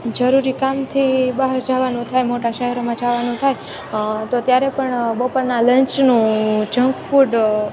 જરૂરી કામથી બહાર જવાનું થાય મોટા શહેરોમાં જવાનું થાય તો ત્યારે પણ બપોરના લંચનું જંક ફૂડ